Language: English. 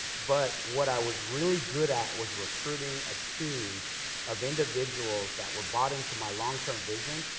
but what i was really good at was recruiting a team of individuals that were bought into my longterm vision,